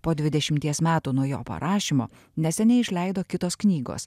po dvidešimties metų nuo jo parašymo neseniai išleido kitos knygos